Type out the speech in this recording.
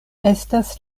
estas